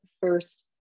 first